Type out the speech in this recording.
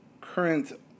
current